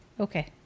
Okay